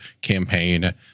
campaign